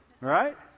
right